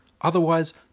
Otherwise